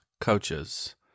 coaches